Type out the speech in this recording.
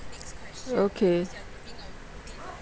okay